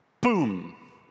Boom